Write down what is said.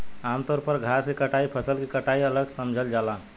आमतौर पर घास के कटाई फसल के कटाई अलग समझल जाला